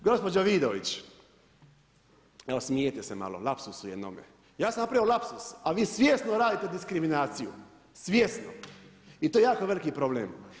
A gospođo Vidović, evo smijete se malo, lapsusu jednome, ja sam napravio lapsus a vi svjesno radite diskriminaciju, svjesno i to jako veliki problem.